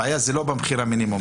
הבעיה לא במחיר המינימום,